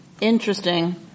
Interesting